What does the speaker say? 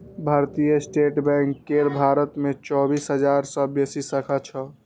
भारतीय State Bank केर भारत मे चौबीस हजार सं बेसी शाखा छै